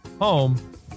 home